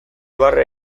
barre